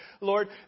Lord